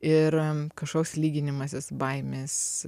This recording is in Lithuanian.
ir kažkoks lyginimasis baimės